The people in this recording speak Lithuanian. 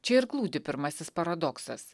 čia ir glūdi pirmasis paradoksas